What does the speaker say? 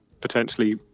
potentially